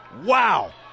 Wow